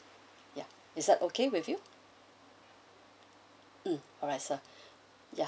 ya is that okay with you mm alright sir ya